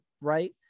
right